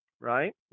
right